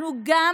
אנחנו גם